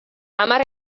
hamar